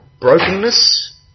brokenness